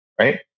Right